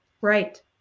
Right